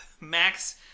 Max